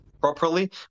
properly